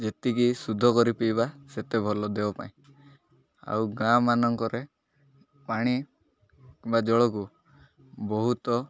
ଯେତିକି ଶୁଦ୍ଧ କରି ପିଇବା ସେତେ ଭଲ ଦେହ ପାଇଁ ଆଉ ଗାଁମାନଙ୍କରେ ପାଣି ବା ଜଳକୁ ବହୁତ